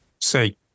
say